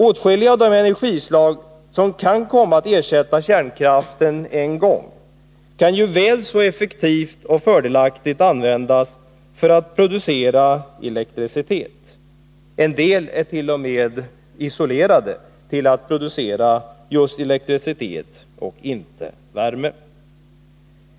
Åtskilliga av de energislag som kan komma att ersätta kärnkraften en gång kan ju väl så effektivt och fördelaktigt användas för att producera elektricitet. En del ärt.o.m. isolerade till att producera just elektricitet och inte värme.